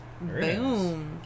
boom